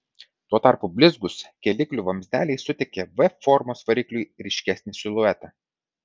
tuo tarpu blizgūs kėliklių vamzdeliai suteikia v formos varikliui ryškesnį siluetą